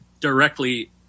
directly